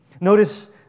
Notice